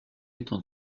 étant